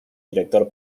director